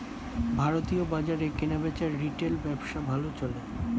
ভারতীয় বাজারে কেনাবেচার রিটেল ব্যবসা ভালো চলে